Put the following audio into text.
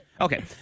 Okay